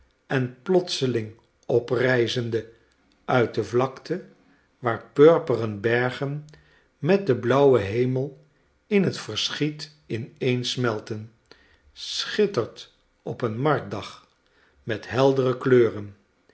en plotseling opreizende uit de vlakte waar purperen bergen met den blauwen hemel in het verschiet ineensmelten schittert op een marktdag met heldere kleuren